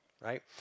right